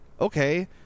okay